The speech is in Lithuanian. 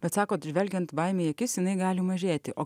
bet sakot žvelgiant baimei į akis jinai gali mažėti o